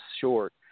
short